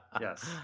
Yes